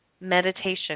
Meditation